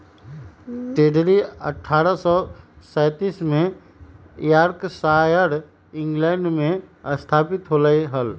Tetley अठ्ठारह सौ सैंतीस में यॉर्कशायर, इंग्लैंड में स्थापित होलय हल